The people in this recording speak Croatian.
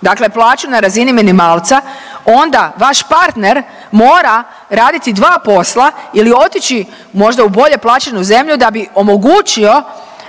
dakle plaću na razini minimalca, onda vaš partner mora raditi dva posla ili otići možda u bolje plaćenu zemlju da bi omogućio